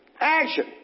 action